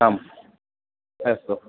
आम् अस्तु